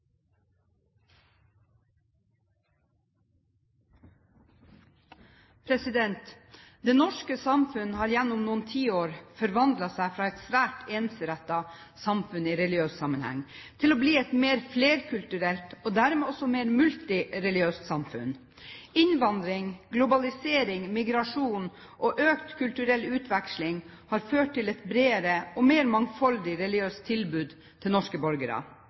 Det norske samfunn har gjennom noen tiår forvandlet seg fra å være et svært ensrettet samfunn i religiøs sammenheng til å bli et mer flerkulturelt og dermed også mer multireligiøst samfunn. Innvandring, globalisering, migrasjon og økt kulturell utveksling har ført til et bredere og mer mangfoldig religiøst tilbud til norske borgere.